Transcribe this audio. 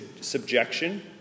subjection